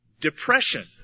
Depression